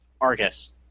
Argus